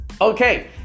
Okay